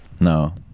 no